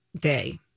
day